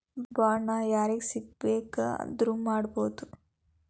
Bond ನ ಯಾರ್ಹೆಸ್ರಿಗ್ ಬೆಕಾದ್ರುಮಾಡ್ಬೊದು?